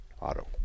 Auto